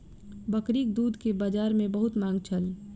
बकरीक दूध के बजार में बहुत मांग छल